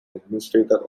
administrator